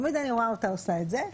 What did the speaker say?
תמיד אני רואה אותה עושה את זה,